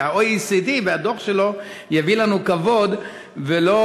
שה-OECD והדוח שלו יביאו לנו כבוד ולא